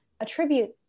attribute